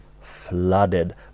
flooded